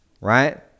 right